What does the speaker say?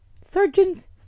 Surgeons